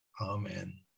Amen